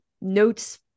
notes